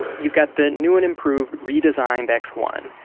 you've got the new and improved, redesigned x one,